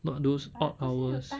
not those odd hours